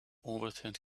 overturned